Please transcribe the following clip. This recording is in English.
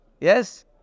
yes